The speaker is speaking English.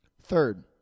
Third